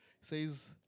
says